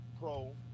pro